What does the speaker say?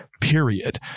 period